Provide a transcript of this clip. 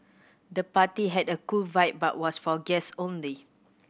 the party had a cool vibe but was for guest only